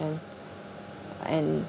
and